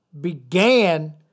Began